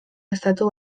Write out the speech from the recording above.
estatu